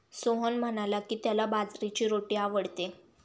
सोहन म्हणाला की, त्याला बाजरीची रोटी आवडते